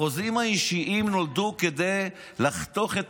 החוזים האישיים נולדו כדי לחתוך את